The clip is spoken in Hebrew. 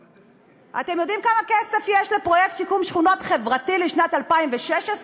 אתם יודעים כמה כסף יש לפרויקט שיקום שכונות חברתי לשנת 2016?